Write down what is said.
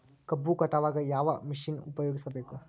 ಕಬ್ಬು ಕಟಾವಗ ಯಾವ ಮಷಿನ್ ಉಪಯೋಗಿಸಬೇಕು?